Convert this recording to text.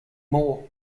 more